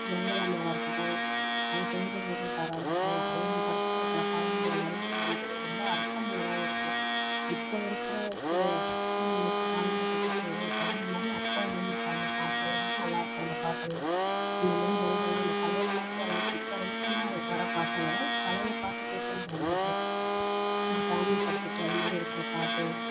ஜெயலலிதா அம்மாவை இருக்கட்டும் சிவாஜி கணேஷன் சாராக இருக்கட்டும் அவங்க படத்தில் இருக்கிற பாடல்களோட வரிகள் வந்து ரொம்ப அர்த்தம் உள்ளாதாகவும் இருக்கும் இப்போ இருக்கிற சில சூழ்நிலைக்கு காலக்கட்டத்துக்கு தகுந்த மாதிரி அப்போ எழுதிருப்பாங்க பாட்டு நல்லாயிருக்கும் அந்த பாட்டுலாம் இந்த மாதிரி வரிகள்லாம் அந்த பழைய பாட்டை அதாவது இப்போ ரீசென்னாக வர பாட்டை விட பழைய பாட்டை கேட்கறது ரொம்ப பிடிக்கும் இந்த ஃபேமலி சப்ஜெக்ட்டு அது மாதிரி இருக்கிற பாட்டு